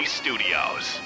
studios